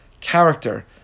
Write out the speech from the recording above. character